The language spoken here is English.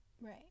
Right